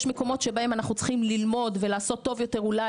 יש מקומות שבהם אנחנו צריכים ללמוד ולעשות טוב יותר אולי